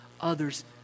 others